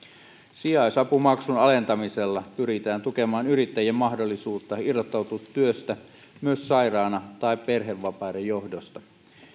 sijaisapumaksun alentamisella pyritään tukemaan yrittäjien mahdollisuutta irrottautua työstä myös sairaana tai perhevapaiden johdosta